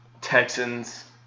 Texans